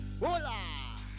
Hola